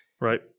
right